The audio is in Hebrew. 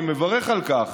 אני מברך על כך,